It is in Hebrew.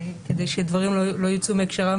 כדי שיום אחד דברים לא יצאו מהקשרם